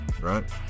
right